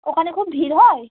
ওখানে খুব ভিড় হয়